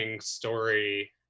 story